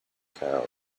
town